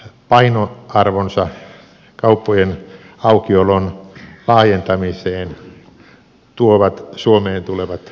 oman painoarvonsa kauppojen aukiolon laajentamiseen tuovat suomeen tulevat turistit